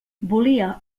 volia